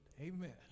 Amen